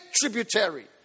tributary